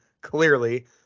Clearly